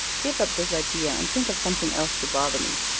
give up this idea and think of something else to bother me.